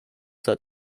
that